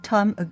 Time